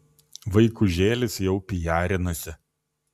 vaikužėlis jau pijarinasi